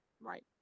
right